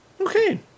Okay